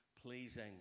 pleasing